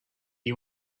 you